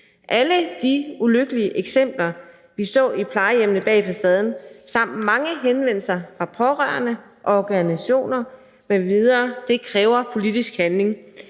Alle de ulykkelige eksempler, vi så i »Plejehjemmene bag facaden«, samt mange henvendelser fra pårørende og organisationer m.v. kræver politisk handling.